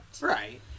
right